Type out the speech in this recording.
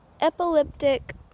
epileptic